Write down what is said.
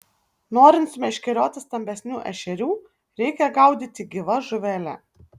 norint sumeškerioti stambesnių ešerių reikia gaudyti gyva žuvele